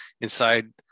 inside